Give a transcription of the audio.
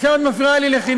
עכשיו את מפריעה לי לחינם.